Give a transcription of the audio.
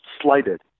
Slighted